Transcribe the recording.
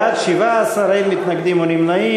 בעד, 17, אין מתנגדים או נמנעים.